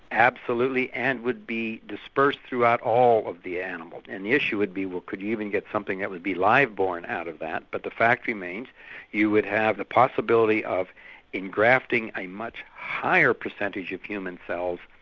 absolutely, and would be dispersed throughout all of the animal. and the issue would be, well, could you even get something that would be live-born out of that? but the fact remains you would have the possibility of engrafting a much higher percentage of human cells,